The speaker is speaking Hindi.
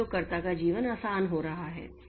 तो उपयोगकर्ता का जीवन आसान हो रहा है